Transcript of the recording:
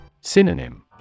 Synonym